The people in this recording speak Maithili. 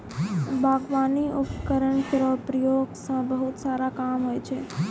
बागबानी उपकरण केरो प्रयोग सें बहुत सारा काम होय छै